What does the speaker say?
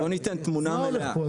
מה הולך פה?